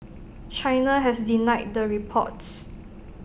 China has denied the reports